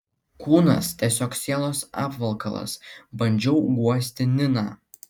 kūnas tiesiog sielos apvalkalas bandžiau guosti niną